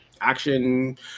action